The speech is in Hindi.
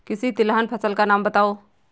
किसी तिलहन फसल का नाम बताओ